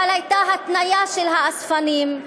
אבל הייתה התניה של האספנים: